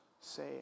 say